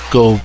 go